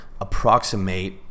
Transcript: approximate